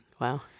Wow